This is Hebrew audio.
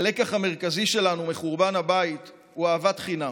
הלקח המרכזי שלנו מחורבן הבית הוא אהבת חינם.